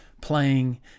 playing